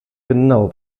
genau